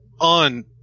on